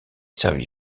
servi